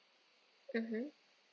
mmhmm